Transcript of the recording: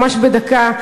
ממש בדקה,